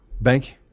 bank